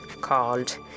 called